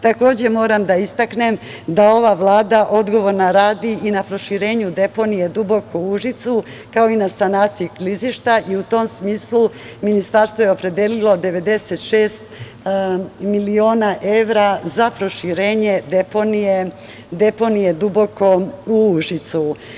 Takođe moram da istaknem da ova Vlada odgovorna radi i na proširenju deponije Duboko u Užicu, kao i na sanaciji klizišta i u tom smislu, Ministarstvo je opredelilo 96 miliona evra, za proširenje deponije Duboko u Užicu.